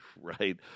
right